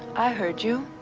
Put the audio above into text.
i heard you.